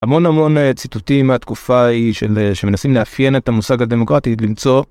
המון המון ציטוטים מהתקופה היא שמנסים לאפיין את המושג הדמוקרטי למצוא.